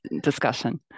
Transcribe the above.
discussion